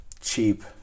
cheap